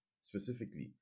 specifically